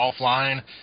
offline